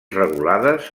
regulades